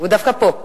הוא דווקא פה.